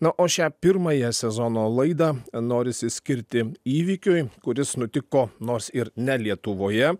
na o šią pirmąją sezono laidą norisi skirti įvykiui kuris nutiko nors ir ne lietuvoje